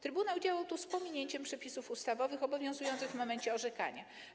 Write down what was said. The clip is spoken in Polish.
Trybunał działał tu z pominięciem przepisów ustawowych obowiązujących w momencie orzekania.